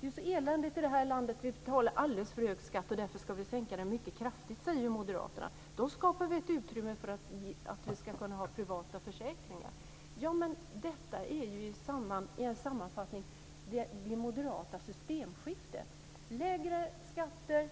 Det är ju så eländigt i det här landet. Vi betalar alldeles för hög skatt. Därför ska vi sänka skatten mycket kraftigt, säger moderaterna. Då skapar vi ett utrymme för att vi ska kunna ha privata försäkringar. Detta är ju i sammanfattning det moderata systemskiftet! Det ska vara lägre skatter